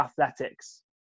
athletics